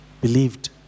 believed